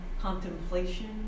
contemplation